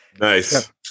Nice